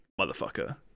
motherfucker